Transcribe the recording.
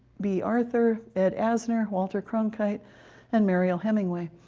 bea arthur, ed asner, walter cronkite and mariel hemingway.